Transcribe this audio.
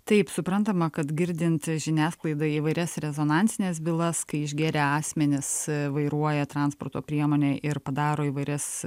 taip suprantama kad girdint žiniasklaidai įvairias rezonansines bylas kai išgėrę asmenys vairuoja transporto priemonę ir padaro įvairias